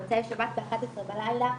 מוצאי שבת ב-11 בלילה.